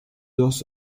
das